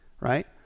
right